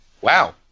wow